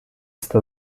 sta